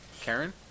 Karen